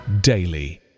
daily